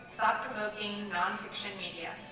thought-provoking nonfiction media.